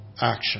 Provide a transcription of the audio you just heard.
action